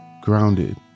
grounded